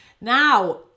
Now